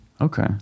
Okay